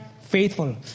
faithful